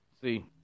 See